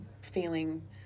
feeling